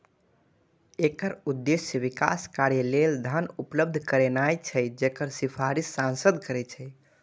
एकर उद्देश्य विकास कार्य लेल धन उपलब्ध करेनाय छै, जकर सिफारिश सांसद करै छै